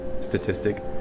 statistic